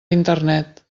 internet